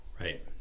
Right